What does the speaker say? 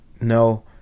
no